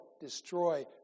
destroy